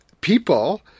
people